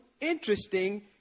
interesting